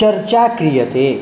चर्चा क्रियते